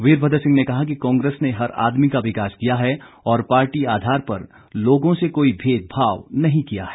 वीरभद्र सिंह ने कहा कि कांग्रेस ने हर आदमी का विकास किया है और पार्टी आधार पर लोगों से कोई भेदभाव नहीं किया है